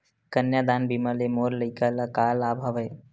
कन्यादान बीमा ले मोर लइका ल का लाभ हवय?